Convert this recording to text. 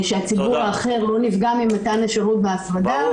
שהציבור האחר לא נפגע ממתן השירות בהפרדה.